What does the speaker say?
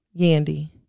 Yandy